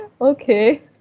okay